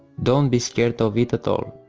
don't be scared of it at all,